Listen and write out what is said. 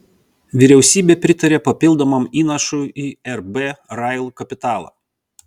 vyriausybė pritarė papildomam įnašui į rb rail kapitalą